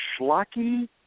schlocky